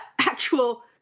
actual